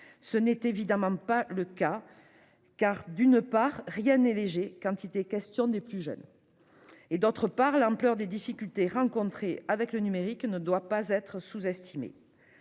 Ce n'est évidemment pas le cas, car, d'une part, rien n'est léger quand il est question des plus jeunes et, d'autre part, l'ampleur des difficultés rencontrées avec le numérique ne doit pas être sous-estimée.